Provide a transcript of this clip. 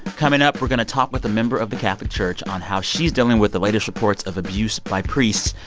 coming up, we're going to talk with a member of the catholic church on how she's dealing with the latest reports of abuse by priests.